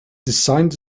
designed